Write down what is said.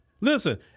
Listen